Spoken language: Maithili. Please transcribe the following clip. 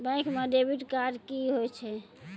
बैंक म डेबिट कार्ड की होय छै?